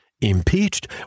impeached